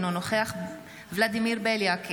אינו נוכח ולדימיר בליאק,